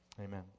amen